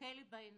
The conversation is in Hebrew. תסתכל לי בעיניים.